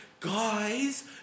Guys